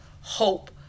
hope